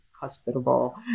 hospitable